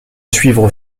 suivre